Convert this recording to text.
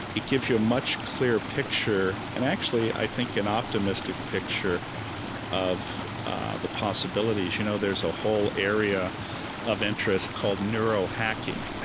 it gives you a much clearer picture and, actually, i think, an optimistic picture of the possibilities. you know there's a whole area of interest called neuro-hacking.